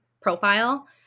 profile